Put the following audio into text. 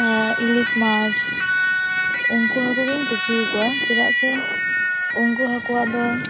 ᱤᱞᱤᱥ ᱢᱟᱪᱷ ᱩᱱᱠᱩ ᱦᱟᱹᱠᱩ ᱜᱮᱧ ᱠᱩᱥᱤᱭᱟᱠᱚᱣᱟ ᱪᱮᱫᱟᱜ ᱥᱮ ᱩᱱᱠᱩ ᱦᱟᱹᱠᱩᱣᱟᱜ ᱫᱚ